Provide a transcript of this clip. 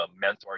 mentor